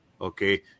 Okay